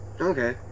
Okay